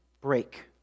break